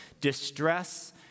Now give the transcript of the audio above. distress